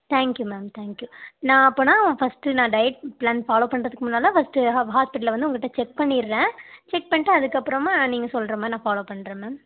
thank you ma'am thank you நான் அப்போன்னா first நான் டயட் ஃபுட் பிளான் ஃபாலோவ் பண்ணுறதுக்கு முன்னால் ஃபர்ஸ்ட்டு ஹா ஹாஸ்பிடலில் வந்து உங்கள்கிட்ட செக் பண்ணிடுறேன் செக் பண்ணிவிட்டு அதுக்கு அப்புறோமா நீங்கள் சொல்லுற மாதிரி நான் ஃபாலோவ் பண்ணுறேன் மேம்